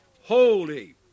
Holy